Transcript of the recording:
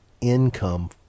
income